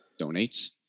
donates